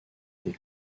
des